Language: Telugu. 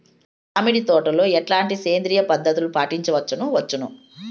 మామిడి తోటలో ఎట్లాంటి సేంద్రియ పద్ధతులు పాటించవచ్చును వచ్చును?